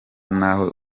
naho